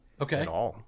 Okay